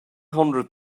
hundred